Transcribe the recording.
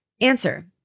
Answer